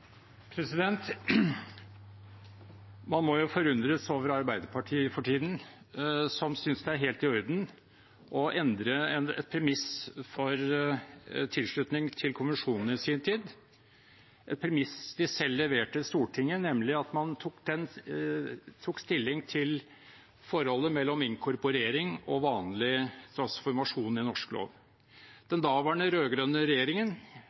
helt i orden å endre et premiss for tilslutning til konvensjonen i sin tid, et premiss de selv leverte til Stortinget, nemlig at man tok stilling til forholdet mellom inkorporering og vanlig transformasjon i norsk lov. Den daværende rød-grønne regjeringen